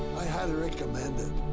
i highly recommend it.